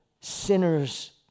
sinners